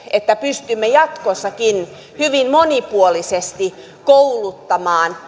että pystymme jatkossakin hyvin monipuolisesti kouluttamaan